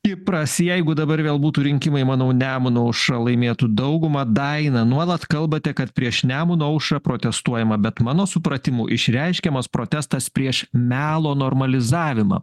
kipras jeigu dabar vėl būtų rinkimai manau nemuno aušra laimėtų daugumą daina nuolat kalbate kad prieš nemuno aušrą protestuojama bet mano supratimu išreiškiamas protestas prieš melo normalizavimą